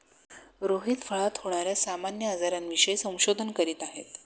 रोहित फळात होणार्या सामान्य आजारांविषयी संशोधन करीत आहे